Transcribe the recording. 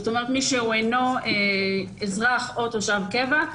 מי שהוא אינו אזרח או תושב קבע,